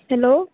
hello